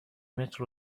متر